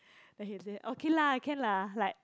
then he say okay lah can lah like